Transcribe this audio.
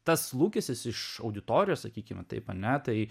tas lūkestis iš auditorijos sakykime taip ar ne tai